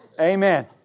Amen